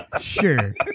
sure